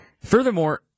Furthermore